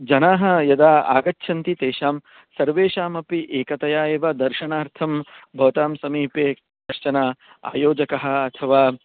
जनाः यदा आगच्छन्ति तेषां सर्वेषामपि एकतया एव दर्शनार्थं भवतां समीपे कश्चनः आयोजकः अथवा